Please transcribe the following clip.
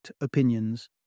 opinions